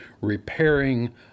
repairing